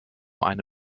eine